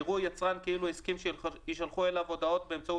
יראו יצרן כאילו הסכים שישלחו אליו הודעות באמצעות